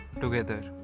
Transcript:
together